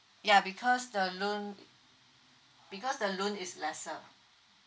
ya because the loan because the loan is lesser